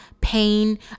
pain